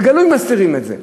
בגלוי מסתירים את זה.